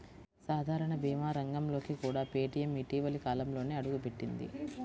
సాధారణ భీమా రంగంలోకి కూడా పేటీఎం ఇటీవలి కాలంలోనే అడుగుపెట్టింది